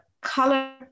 color